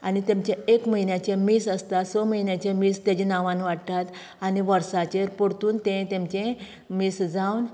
आनी तेंमचें एक म्हयन्याचें मीस आसता स म्हयन्याचें मीस तेजें नांवान वाडटात आनी वर्साचेर परतून तें तेंमचें मीस जावन